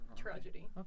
Tragedy